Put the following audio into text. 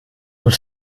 muss